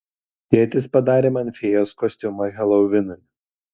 tėtis padarė man fėjos kostiumą helovinui